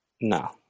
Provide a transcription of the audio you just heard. No